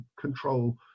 control